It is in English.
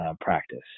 practice